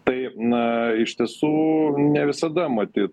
tai na iš tiesų ne visada matyt